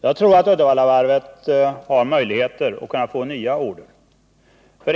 Jag tror Uddevallavarvet har möjligheter att få nya order.